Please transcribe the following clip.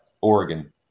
Oregon